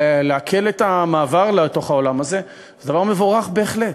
לעכל את המעבר לתוך העולם הזה זה דבר מבורך בהחלט.